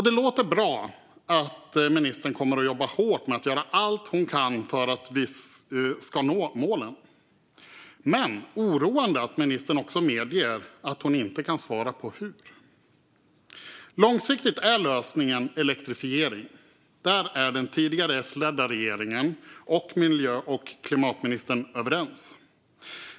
Det låter bra att ministern kommer att jobba hårt med att göra allt hon kan för att vi ska nå målen, men det är oroande att ministern också medger att hon inte kan svara på hur. Långsiktigt är lösningen elektrifiering. Där är den tidigare S-ledda regeringen och miljö och klimatministern överens.